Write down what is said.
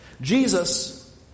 Jesus